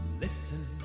listen